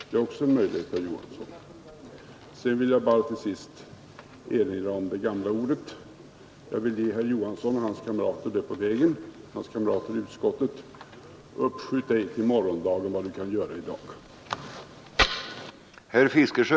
Det är också en möjlighet, herr Johansson, Till sist vill jag bara ge herr Johansson och hans kamrater i utskottet ett ord på vägen genom att erinra om det gamla talesättet: Uppskjut ej till morgondagen vad du kan göra i dag!